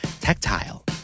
tactile